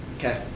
Okay